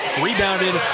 rebounded